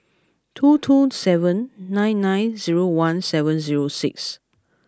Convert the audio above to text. two two seven nine nine zero one seven zero six